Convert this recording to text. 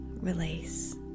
release